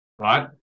right